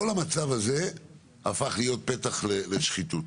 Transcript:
כל המצב הזה הפך להיות פתח לשחיתות.